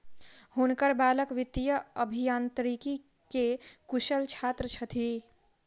हुनकर बालक वित्तीय अभियांत्रिकी के कुशल छात्र छथि